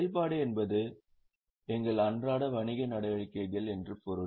செயல்பாடு என்பது நம் அன்றாட வணிக நடவடிக்கைகள் என்று பொருள்